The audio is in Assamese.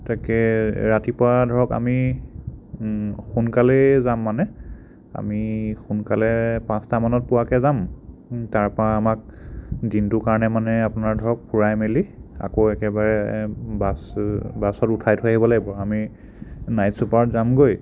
তাকে ৰাতিপুৱা ধৰক আমি সোনকালেই যাম মানে আমি সোনকালে পাঁচটা মানত পোৱাকৈ যাম তাৰপৰা আমাক দিনটোৰ কাৰণে মানে আপোনাৰ ধৰক ফুৰাই মেলি আকৌ একেবাৰে বাছ বাছত উঠাই থৈ আহিব লাগিব আমি নাইট চুপাৰত যামগৈ